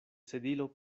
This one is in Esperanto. sedilo